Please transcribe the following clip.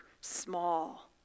small